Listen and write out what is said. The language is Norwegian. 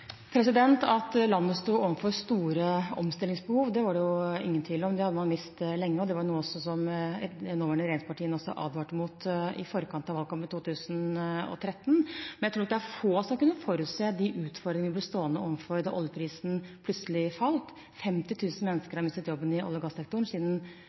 At landet sto overfor store omstillingsbehov, var det ingen tvil om. Det hadde man visst lenge, og det var noe de nåværende regjeringspartiene også advarte mot i forkant av valgkampen i 2013, men jeg tror nok det var få som kunne forutse de utfordringene vi ble stående overfor da oljeprisen plutselig falt. 50 000 mennesker har mistet jobben i olje- og gassektoren siden